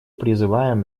призываем